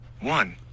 one